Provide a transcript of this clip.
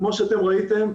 כמו שאתם ראיתם,